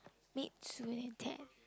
need sewing tape